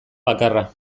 bakarra